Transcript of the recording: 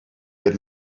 had